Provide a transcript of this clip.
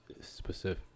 specific